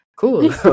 Cool